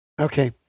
Okay